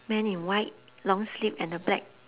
men in white long sleeve and the black